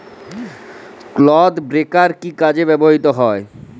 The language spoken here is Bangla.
ক্লড ব্রেকার কি কাজে ব্যবহৃত হয়?